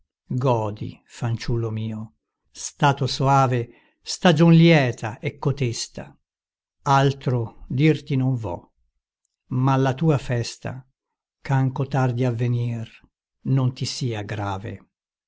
godi fanciullo mio stato soave stagion lieta è cotesta altro dirti non vo ma la tua festa ch'anco tardi a venir non ti sia grave